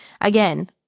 Again